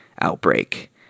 outbreak